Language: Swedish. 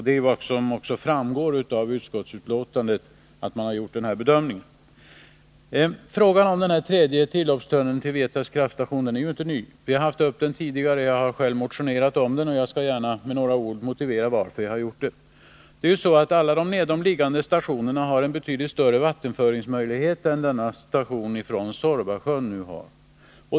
Det framgår också av utskottsbetänkandet att man har gjort den bedömningen. Frågan om en tredje tilloppstunnel till Vietas kraftstation är inte ny— vi har haft den uppe tidigare. Jag har själv motionerat om den, och jag skall gärna med några ord motivera varför jag gjort det. Alla de nedomliggande stationerna har betydligt större vattenföringsmöjlighet än stationen vid Suorvasjön nu har.